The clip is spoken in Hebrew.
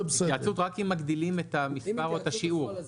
התייעצות רק אם מגדילים את המספר או את השיעור.